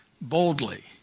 boldly